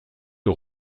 aux